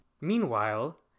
Meanwhile